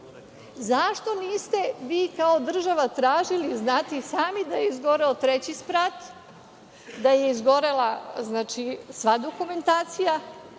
Zašto niste vi, kao država, tražili, znate i sami da je izgoreo treći sprat, da je izgorela sva dokumentacija,